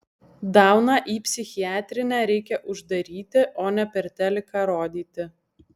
dauną į psichiatrinę reikia uždaryti o ne per teliką rodyti